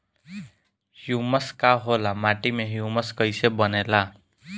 Humus का होला माटी मे ह्यूमस कइसे बनेला?